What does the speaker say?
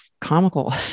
comical